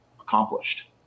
accomplished